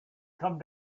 come